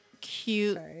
cute